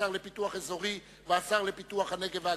השר לפיתוח אזורי והשר לפיתוח הנגב והגליל,